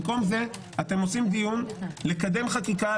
במקום זה אתם עושים דיון לקדם חקיקה,